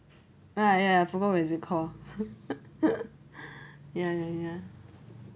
right ya I forgot what is it called ya ya ya